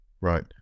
right